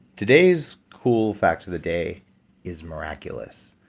today's cool fact of the day is miraculous.